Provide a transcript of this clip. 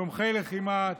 תומכי לחימה,